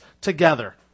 together